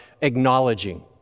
acknowledging